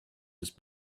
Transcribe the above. his